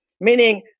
meaning